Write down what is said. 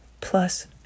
plus